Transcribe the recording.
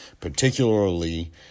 particularly